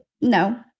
No